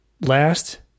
Last